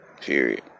Period